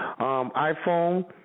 iPhone